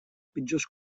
pitjor